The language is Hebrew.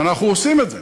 ואנחנו עושים את זה.